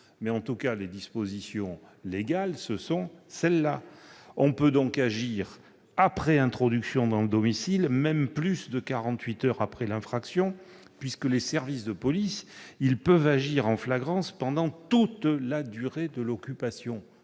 l'entendre ! Mais les dispositions légales ne sont pas en cause. On peut agir après introduction dans le domicile plus de 48 heures après l'infraction, puisque les services de police peuvent agir en flagrance pendant toute la durée de l'occupation.